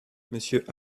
monsieur